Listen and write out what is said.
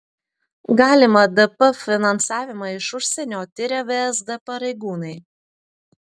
galimą dp finansavimą iš užsienio tiria vsd pareigūnai